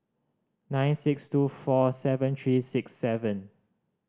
nine six two four seven three six seven